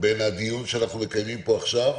בין הדיון שאנחנו מקיימים פה עכשיו,